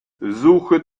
suche